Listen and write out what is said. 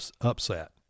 upset